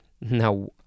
Now